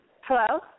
Hello